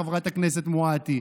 חברת הכנסת מואטי,